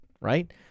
Right